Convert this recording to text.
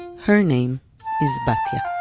her name is batya